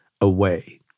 away